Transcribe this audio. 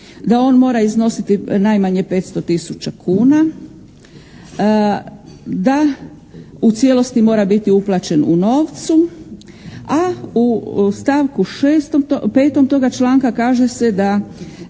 Da on mora iznositi najmanje 500 tisuća kuna. Da u cijelosti mora biti uplaćen u novcu. A u stavku 6., 5. toga članka kaže se da